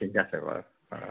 ঠিক আছে বাৰু